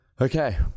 okay